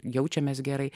jaučiamės gerai